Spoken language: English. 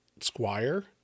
Squire